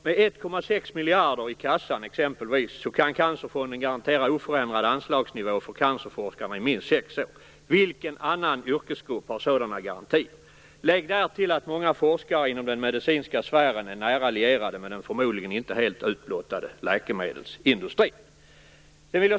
Med 1,6 miljarder kronor i kassan kan Cancerfonden exempelvis garantera en oförändrad anslagsnivå för cancerforskarna i minst sex år. Vilken annan yrkesgrupp har sådana garantier? Lägg därtill att många forskare inom den medicinska sfären är nära lierade med den förmodligen inte helt utblottade läkemedelsindustrin.